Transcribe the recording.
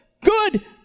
good